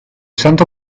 santo